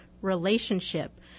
relationship